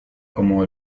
como